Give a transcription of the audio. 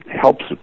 helps